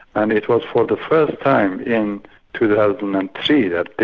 and it was for the first time in two thousand and three that